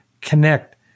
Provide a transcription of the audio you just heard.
connect